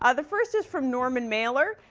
ah the first is from norman mailer.